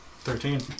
Thirteen